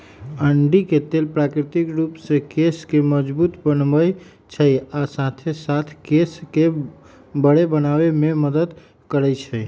अंडी के तेल प्राकृतिक रूप से केश के मजबूत बनबई छई आ साथे साथ केश के बरो बनावे में मदद करई छई